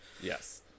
Yes